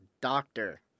doctor